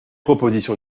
proposition